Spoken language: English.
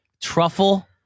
Truffle